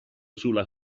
sulla